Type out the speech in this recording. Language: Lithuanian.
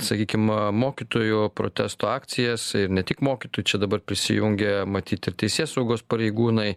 sakykim mokytojų protesto akcijas ir ne tik mokytojų čia dabar prisijungė matyt ir teisėsaugos pareigūnai